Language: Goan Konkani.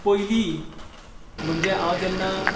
पयलीं म्हणजे हांव जेन्ना